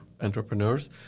entrepreneurs